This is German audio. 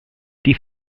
die